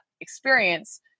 experience